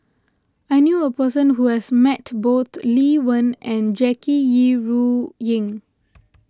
I knew a person who has met both Lee Wen and Jackie Yi Ru Ying